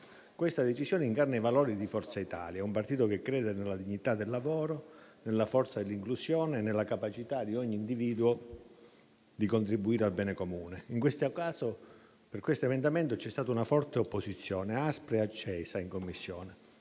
Questa decisione incarna i valori di Forza Italia, un partito che crede nella dignità del lavoro, nella forza dell'inclusione, nella capacità di ogni individuo di contribuire al bene comune. In questo caso per l'emendamento c'è stata una forte opposizione, aspra e accesa, in Commissione